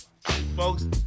folks